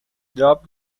drop